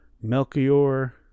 Melchior